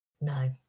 no